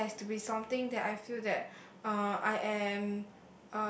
it has to be something that I feel that uh I am